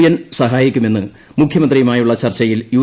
N സഹായിക്കുമെന്ന് മുഖ്യമന്ത്രിയുമായുളള ചർച്ചയിൽ യു